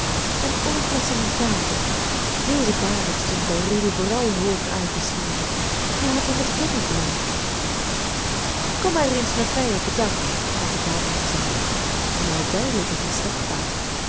en ook was er een kater deze kater stond bij rudy vooral hoog aangeschreven die had hem het klimmen geleerd kom maar eens met mij op het dak had de kater gezegd en wel duidelijk en verstaanbaar